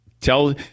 tell